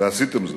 ועשיתם זאת,